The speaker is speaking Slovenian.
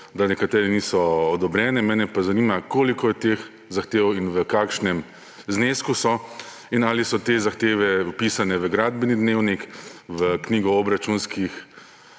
da nekatere niso odobrene. Zanima me: Koliko je teh zahtev in v kakšnem znesku so Ali so te zahteve vpisane v gradbeni dnevnik in v knjigo obračunskih